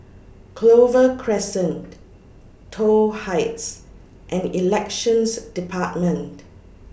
Clover Crescent Toh Heights and Elections department